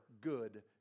good